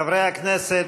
חברי הכנסת,